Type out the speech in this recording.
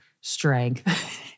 strength